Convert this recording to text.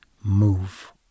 move